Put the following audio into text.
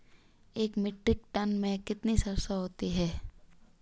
एक metric ton में कितनी सरसों होती है?